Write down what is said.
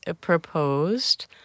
proposed